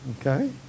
Okay